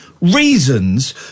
reasons